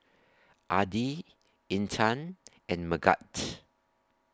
Adi Intan and Megat